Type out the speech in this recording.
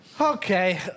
Okay